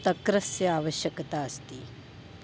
तक्रस्य आवश्यकता अस्ति